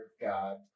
God